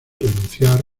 renunciar